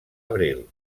abril